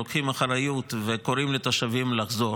לוקחים אחריות וקוראים לתושבים לחזור.